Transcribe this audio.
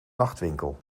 nachtwinkel